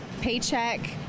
paycheck